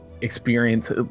experience